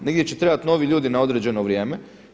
Negdje će trebati novi ljudi na određeno vrijeme.